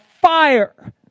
fire